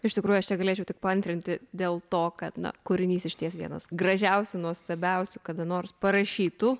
iš tikrųjų aš čia galėčiau tik paantrinti dėl to kad na kūrinys išties vienas gražiausių nuostabiausių kada nors parašytų